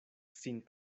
sin